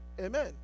Amen